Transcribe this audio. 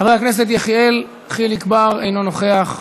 חבר הכנסת יחיאל חיליק בר, אינו נוכח.